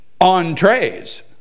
entrees